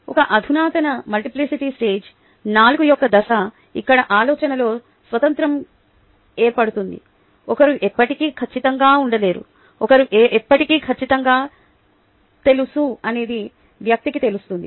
ఇక అధునాతన multiplicity stage 4 యొక్క దశ ఇక్కడ ఆలోచనలో స్వాతంత్ర్యం ఏర్పడుతుంది ఒకరు ఎప్పటికీ ఖచ్చితంగా ఉండలేరు ఒకరు ఎప్పటికీ ఖచ్చితంగా తెలుసు అనేది వ్యక్తికి తెలుస్తుంది